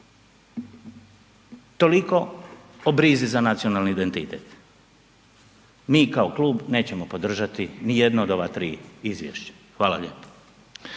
Toliko o brizi za nacionalni identitet. Mi kao klub neće podržati nijedno od ova tri izvješća. Hvala lijepo.